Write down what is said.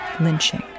lynching